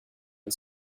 and